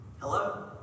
Hello